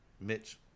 Mitch